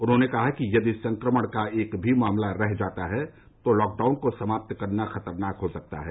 उन्होंने कहा कि यदि संक्रमण का एक भी मामला रह जाता है तो लॉकडाउन को समाप्त करना खतरनाक हो सकता है